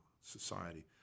Society